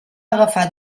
agafar